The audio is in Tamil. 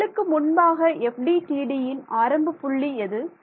செல்லுக்கு முன்பாக FDTDயின் ஆரம்ப புள்ளி எது